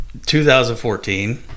2014